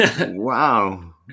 Wow